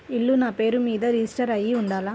ఇల్లు నాపేరు మీదే రిజిస్టర్ అయ్యి ఉండాల?